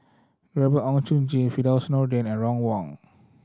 Gabriel Oon Chong Jin Firdaus Nordin and Ron Wong